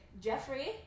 Jeffrey